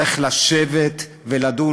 צריך לשבת ולדון.